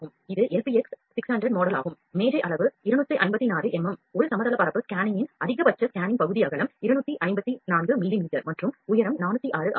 இது LPX 600 மாடலாகும் மேஜை அளவு 254 mm ஒரு சமதளப் பரப்பு ஸ்கேனிங்கின் அதிகபட்ச ஸ்கேனிங் பகுதி அகலம் 254 மிமீ மற்றும் உயரம் 406 ஆகும்